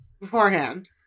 beforehand